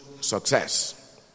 success